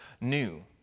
new